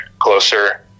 closer